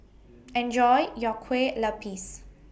Enjoy your Kueh Lupis